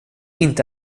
inte